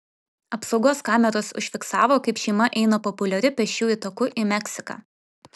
apsaugos kameros užfiksavo kaip šeima eina populiariu pėsčiųjų taku į meksiką